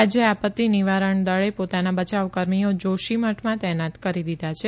રાજ્ય આપત્તિ નિવારણ દળે પોતાના બચાવકર્મીઓ જોશીમઠમાં તૈનાત કરી દીધા છે